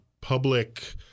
public